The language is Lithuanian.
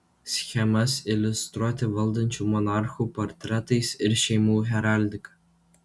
schemas iliustruoti valdančių monarchų portretais ir šeimų heraldika